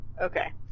Okay